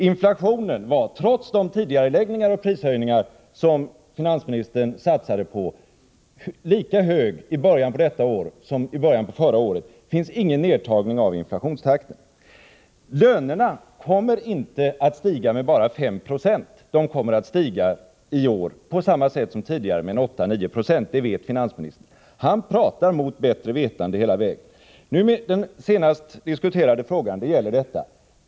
Inflationen var, trots de tidigareläggningar av prishöjningar som finansministern satsade på, lika hög i början av detta år som den var i början av förra året. Det finns ingen nedtagning av inflationstakten. Lönerna kommer inte att stiga med bara 5 90. De kommer i år, på samma sätt som tidigare, att stiga med 8-9 2. Det vet finansministern. Han pratar mot bättre vetande hela vägen. Den senast diskuterade frågan gäller detta.